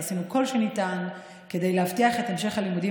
ועשינו כל שניתן להבטיח את המשך הלימודים